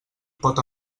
pot